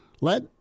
let